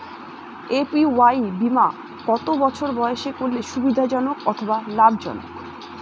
APY বীমা কত বছর বয়সে করলে সুবিধা জনক অথবা লাভজনক?